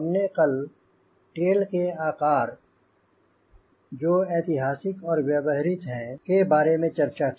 हमने कल टेल के आकार जो ऐतिहासिक और व्यवहृत हैं के बारे में चर्चा की